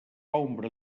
ombra